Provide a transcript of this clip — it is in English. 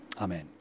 Amen